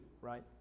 right